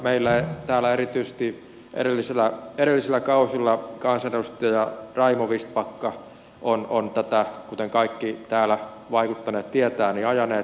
meillä täällä erityisesti edellisillä kausilla kansanedustaja raimo vistbacka on tätä kuten kaikki täällä vaikuttaneet tietävät ajanut